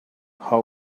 how